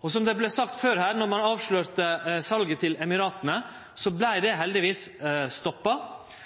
Og som det vart sagt før her: Då ein avslørte salet til Emirata, vart det heldigvis stoppa.